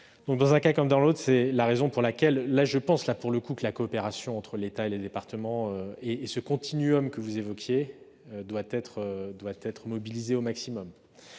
dans un cas comme dans l'autre, je pense que la coopération entre l'État et les départements et ce continuum que vous évoquiez doit être mobilisée au maximum.